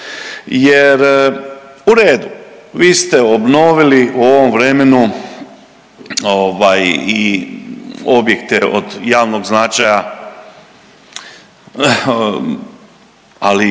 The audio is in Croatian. jer u redu, vi ste obnovili u ovom vremenu i objekte od javnog značaja, ali